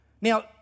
Now